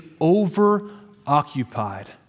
over-occupied